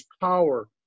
power